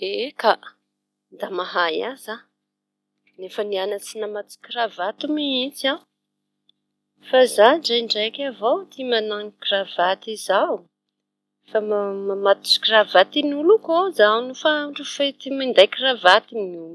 Eka, da mahay aza, efa nianatsy namatotsy kiravaty mihitsy aho fa za ndraindraiky avao ty mañano kiravaty izao; fa nao mamatotsy kiravatin'olo koa zaho nofa andro fety minday kiravato ny olo.